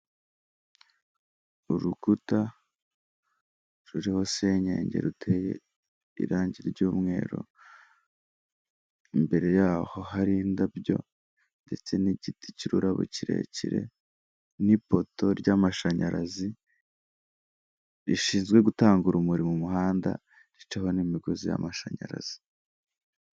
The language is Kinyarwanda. Urukuta ruriho senyenge ruteye irangi ry'umweru, imbere yaho hari indabyo ndetse n'igiti cy'ururabo kirekire n'ipoto ry'amashanyarazi rishinzwe gutanga urumuri mu muhanda, ricaho n'imigozi y'amashanyarazi.